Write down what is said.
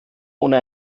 ohne